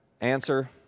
Answer